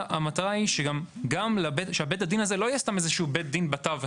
המטרה היא שבית הדין הזה לא יהיה איזשהו בית דין בתווך,